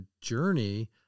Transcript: journey